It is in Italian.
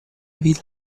villa